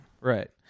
right